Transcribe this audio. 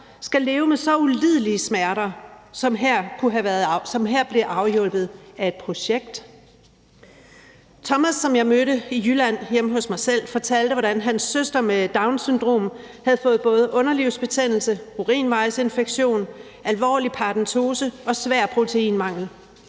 skal leve med så ulidelige smerter, som her blev afhjulpet af et projekt. Thomas, som jeg mødte i Jylland hjemme hos mig selv, fortalte, hvordan hans søster med Downs syndrom havde fået både underlivsbetændelse, urinvejsinfektion, alvorlig paradentose og svær proteinmangel.